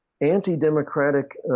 anti-democratic